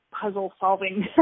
puzzle-solving